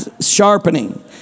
sharpening